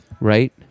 right